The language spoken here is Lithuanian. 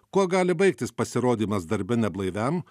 kuo gali baigtis pasirodymas darbe neblaiviam